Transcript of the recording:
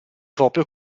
proprio